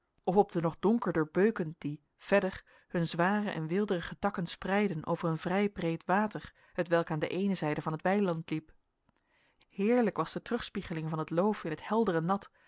of op de nog donkerder beuken die verder hun zware en weelderige takken spreidden over een vrij breed water hetwelk aan de eene zijde van het weiland liep heerlijk was de terugspiegeling van het loof in het heldere nat